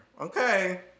Okay